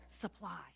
supply